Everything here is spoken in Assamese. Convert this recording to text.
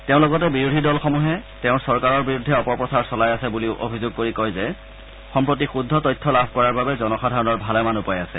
তেওঁ লগতে বিৰোধী দলসমূহে তেওঁৰ চৰকাৰৰ বিৰুদ্ধে অপপ্ৰচাৰ চলাই আছে বুলিও অভিযোগ কৰি কয় যে সম্প্ৰতি শুদ্ধ তথ্য লাভ কৰাৰ বাবে জনসাধাৰণৰ ভালেমান উপায় আছে